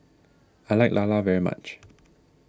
I like Lala very much